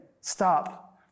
stop